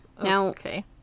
Okay